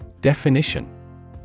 Definition